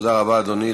תודה רבה, אדוני.